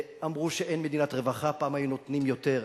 אמרו שאין מדינת רווחה, פעם היו נותנים יותר.